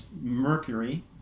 Mercury